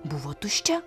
buvo tuščia